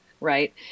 right